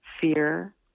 fear